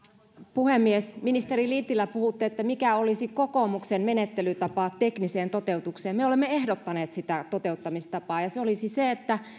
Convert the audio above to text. puhemies ministeri lintilä puhutte mikä olisi kokoomuksen menettelytapa tekniseen toteutukseen me olemme ehdottaneet toteuttamistapaa ja se olisi se että